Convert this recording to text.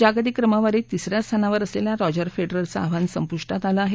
जागतिक क्रमवारीत तिसर्या स्थानावर असलेल्या रॉजर फेडररचं आव्हान संपुष्टात आलं आहे